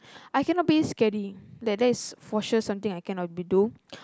I cannot be scary like that's for sure something I cannot be do